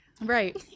Right